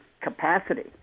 capacity